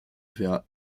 vers